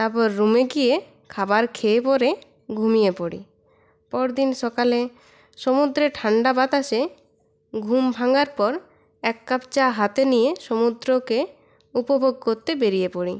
তারপর রুমে গিয়ে খাবার খেয়ে পরে ঘুমিয়ে পড়ি পরদিন সকালে সমুদ্রের ঠান্ডা বাতাসে ঘুম ভাঙার পর এক কাপ চা হাতে নিয়ে সমুদ্রকে উপভোগ করতে বেরিয়ে পড়ি